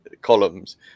columns